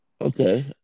Okay